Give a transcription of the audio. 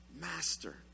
Master